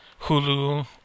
Hulu